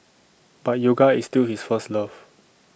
but yoga is still his first love